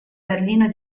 berlino